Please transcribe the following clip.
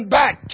back